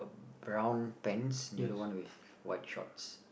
brown pants the other one with white shorts